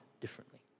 differently